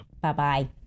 Bye-bye